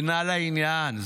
אינה לעניין,